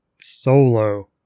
Solo